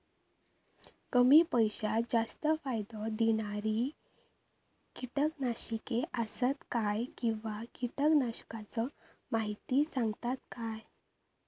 कमी पैशात जास्त फायदो दिणारी किटकनाशके आसत काय किंवा कीटकनाशकाचो माहिती सांगतात काय?